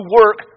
work